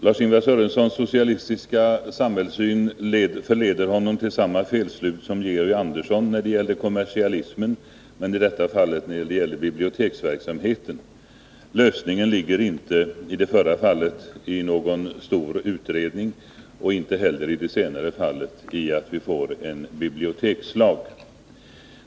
Lars-Ingvar Sörensons socialistiska samhällssyn förledde honom till samma felaktiga slutsats beträffande biblioteksverksamheten som den Georg Andersson drog när det gällde kommersialismen. Lösningen ligger inte i det senare fallet i någon stor utredning och inte heller i det förra fallet i en bibliotekslag.